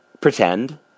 pretend